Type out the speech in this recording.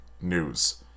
news